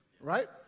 right